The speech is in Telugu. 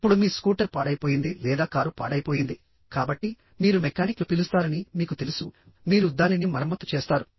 ఇప్పుడు మీ స్కూటర్ పాడైపోయింది లేదా కారు పాడైపోయింది కాబట్టి మీరు మెకానిక్ను పిలుస్తారని మీకు తెలుసు మీరు దానిని మరమ్మతు చేస్తారు